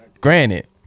Granted